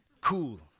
Cool